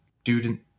student